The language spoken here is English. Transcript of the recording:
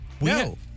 No